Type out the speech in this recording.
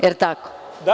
Jel tako?